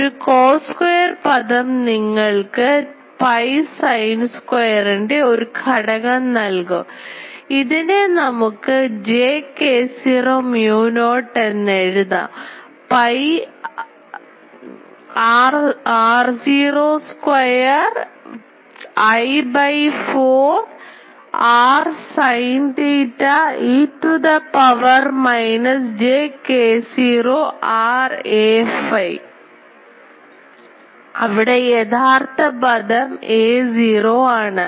ഒരു Cos square പദം നിങ്ങൾക്ക് pi sin square ൻറെഒരു ഘടകം നൽകും ഇതിനെ നമുക്ക് ഇങ്ങനെ j k0 mu not എഴുതാം pi r0 square I by 4 pi r sin theta e to the power minus j k0 r a phi അവിടെ യഥാർത്ഥ പദം aö ആണ്